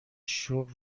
شغل